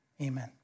Amen